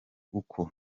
uko